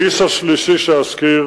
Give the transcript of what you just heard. האיש השלישי שאזכיר